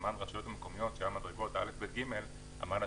בזמן שהיו שלוש מדרגות ברשויות המקומיות --- של